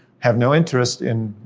have no interest in,